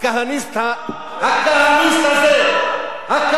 הכהניסט הזה, אתה מחבל.